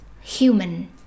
human